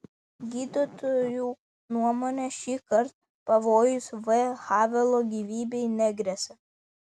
gydytojų nuomone šįkart pavojus v havelo gyvybei negresia